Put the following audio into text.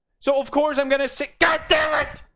so of course, i'm gonna sit goddammit